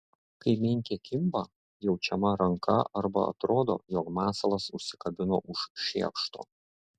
kai menkė kimba jaučiama ranka arba atrodo jog masalas užsikabino už šiekšto